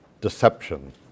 Deception